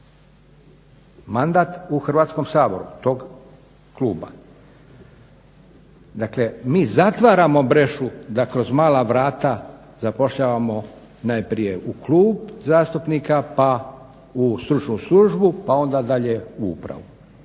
mandat u Hrvatskom saboru tog kluba. Dakle, mi zatvaramo brešu da kroz mala vrata zapošljavamo najprije u klub zastupnika pa u Stručnu službu pa onda dalje u upravu.